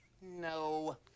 No